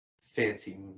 fancy